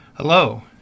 Hello